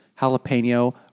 jalapeno